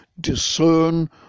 discern